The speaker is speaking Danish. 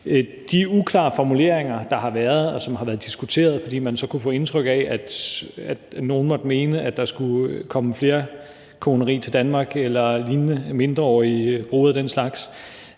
De uklare formuleringer, der har været, og som har været diskuteret, skulle selvfølgelig, fordi man kunne få indtryk af, at nogle måtte mene, at der skulle komme flerkoneri til Danmark eller lignende og mindreårige brude og den slags,